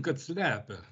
kad slepia